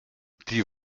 die